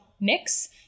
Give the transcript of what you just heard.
mix